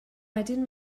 wedyn